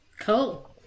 Cool